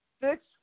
Six